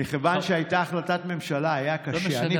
מכיוון שהייתה החלטת ממשלה, היה קשה.